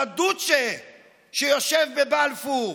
לדוצ'ה שיושב בבלפור.